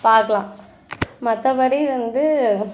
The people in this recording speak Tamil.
பார்க்கலாம் மற்றபடி வந்து